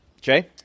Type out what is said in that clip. jay